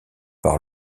par